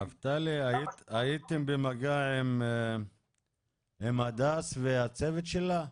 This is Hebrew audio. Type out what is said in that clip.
נפתלי, הייתם במגע עם הדס והצוות שלה?